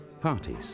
parties